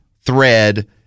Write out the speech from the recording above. thread